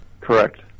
Correct